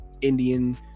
indian